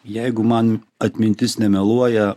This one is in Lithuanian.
jeigu man atmintis nemeluoja